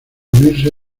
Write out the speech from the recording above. unirse